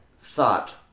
thought